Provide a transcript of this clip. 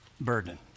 burden